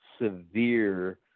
severe